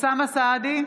אוסאמה סעדי,